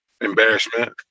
embarrassment